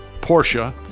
Porsche